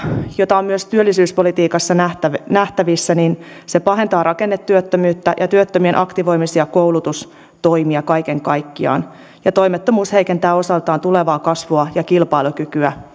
jota on myös työllisyyspolitiikassa nähtävissä nähtävissä pahentaa rakennetyöttömyyttä ja työttömien aktivoimis ja koulutustoimia kaiken kaikkiaan toimettomuus heikentää osaltaan tulevaa kasvua ja kilpailukykyä